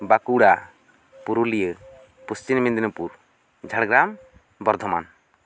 Bankura Purulia Paschim Medinipur Jhargram Bardhaman